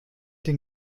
den